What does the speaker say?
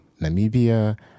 Namibia